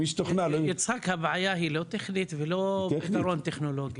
יצחק, הבעיה היא לא טכנית ולא פתרון טכנולוגי.